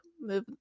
move